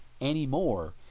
anymore